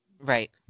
Right